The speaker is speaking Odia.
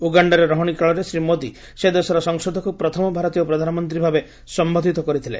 ଉଗାଣ୍ଡାରେ ରହଣି କାଳରେ ଶ୍ରୀ ମୋଦି ସେ ଦେଶର ସଂସଦରେ ପ୍ରଥମ ଭାରତୀୟ ପ୍ରଧାନମନ୍ତ୍ରୀ ଭାବେ ସମ୍ବୋଧିତ କରିଥିଲେ